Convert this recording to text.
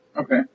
Okay